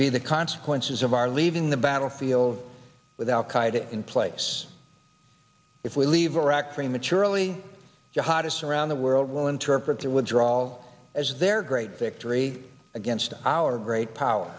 be the consequences of our leaving the battlefield with al qaeda in place if we leave iraq prematurely the hottest around the world will interpret their withdrawal as their great victory against our great power